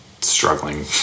struggling